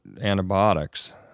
antibiotics